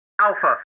Alpha